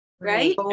right